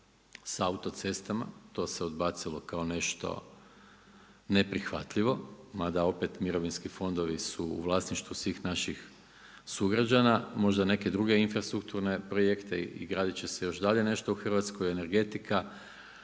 sa autocestama, to se odbacilo kao nešto neprihvatljivo, mada opet mirovinski fondovi su u vlasništvu svih naših sugrađana. Možda neke druge infrastrukturne projekte i gradit će se još dalje nešto u Hrvatskoj energetika,